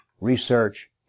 research